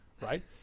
right